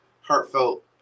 heartfelt